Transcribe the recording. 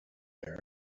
her